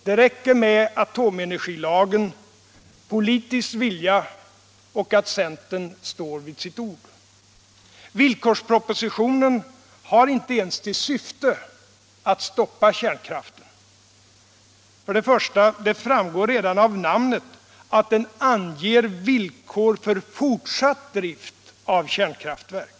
Det räcker med atomenergilagen, politisk vilja och att centern står vid sitt ord. Villkorspropositionen har inte ens till syfte att stoppa kärnkraften. För det första: Det framgår redan av namnet att den anger villkor Särskilt tillstånd att för fortsatt drift av kärnkraftverk.